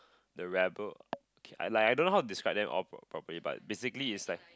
the rebel like I don't how to describe them all properly but basically is like